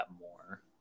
more